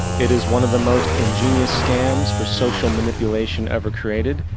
it is one of the most ingenious scams for social manipulation ever created.